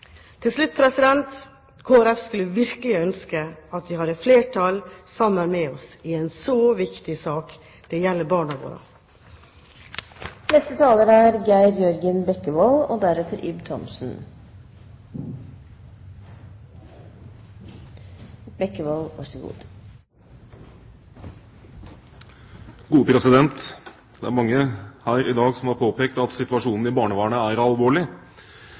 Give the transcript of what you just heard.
Til slutt: Kristelig Folkeparti skulle virkelig ønske at vi hadde flertallet sammen med oss i en så viktig sak. Det gjelder barna våre. Det er mange her i dag som har påpekt at situasjonen i barnevernet er alvorlig. Og det er bekymringsfullt når det skapes et inntrykk av at det ikke er